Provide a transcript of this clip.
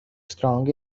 strong